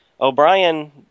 O'Brien